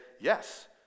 yes